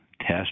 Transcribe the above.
test